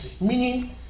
meaning